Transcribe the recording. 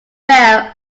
bell